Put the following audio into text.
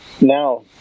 now